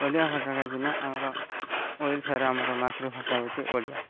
ଓଡ଼ିଆ ଭାଷା କାହିଁକିନା ଆମର ଓଡ଼ିଶାର ଆମର ମାତୃଭାଷା ହେଉଛି ଓଡ଼ିଆ